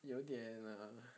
有点 uh